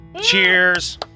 Cheers